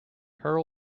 her